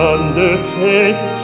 Undertake